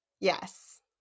Yes